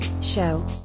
Show